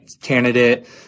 candidate